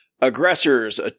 aggressors